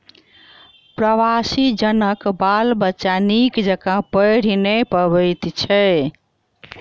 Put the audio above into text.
प्रवासी जनक बाल बच्चा नीक जकाँ पढ़ि नै पबैत छै